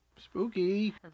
Spooky